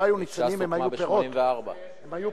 ש"ס הוקמה בשנת 1974. לא,